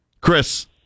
Chris